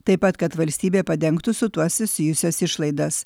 taip pat kad valstybė padengtų su tuo susijusias išlaidas